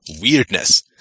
weirdness